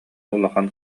улахан